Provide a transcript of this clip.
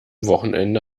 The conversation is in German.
wochenende